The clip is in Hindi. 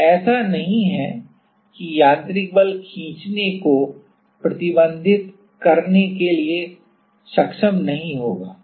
तो ऐसा नहीं है कि यांत्रिक बल खींचने को प्रतिबंधित करने के लिए सक्षम नहीं होगा